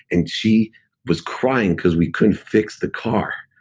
and she was crying because we couldn't fix the car.